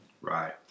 Right